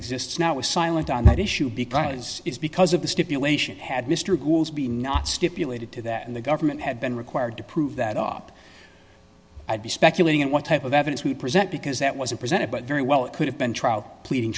exists now was silent on that issue because it's because of the stipulation had mr goolsbee not stipulated to that and the government had been required to prove that up i'd be speculating on what type of evidence we present because that wasn't presented but very well it could have been trial pleading